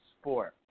sport